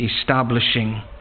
establishing